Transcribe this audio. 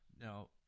Now